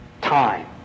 time